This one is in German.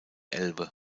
elbe